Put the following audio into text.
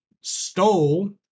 stole